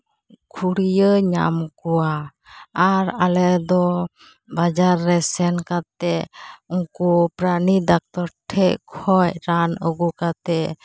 ᱠᱷᱩᱲᱭᱟᱹ ᱧᱟᱢ ᱠᱚᱣᱟ ᱟᱨ ᱟᱞᱮ ᱫᱚ ᱵᱟᱡᱟᱨ ᱨᱮ ᱥᱮᱱ ᱠᱟᱛᱮᱫ ᱩᱱᱠᱩ ᱯᱨᱟᱱᱤ ᱰᱟᱠᱛᱟᱨ ᱴᱷᱮᱱ ᱠᱷᱚᱱ ᱨᱟᱱ ᱟᱹᱜᱩ ᱠᱟᱛᱮᱫ